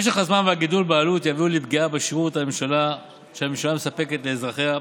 משך הזמן והגידול בעלות יביאו לפגיעה בשירות שהממשלה מספקת לאזרחיה,